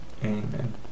Amen